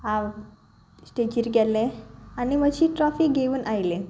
हांव स्टेजीर गेल्लें आनी मातशी ट्रॉफी घेवन आयले